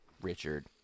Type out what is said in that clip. Richard